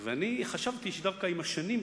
ואני חשבתי שדווקא עם השנים,